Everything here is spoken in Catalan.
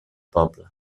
poble